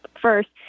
first